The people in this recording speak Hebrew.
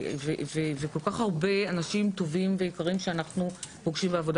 כי מדובר בכל כך הרבה אנשים טובים שאנחנו פוגשים בעבודה